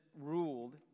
ruled